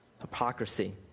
Hypocrisy